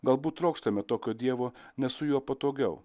galbūt trokštame tokio dievo nes su juo patogiau